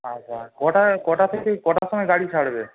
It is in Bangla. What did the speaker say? আচ্ছা কটা কটা থেকে কটার সমায় গাড়ি ছাড়বে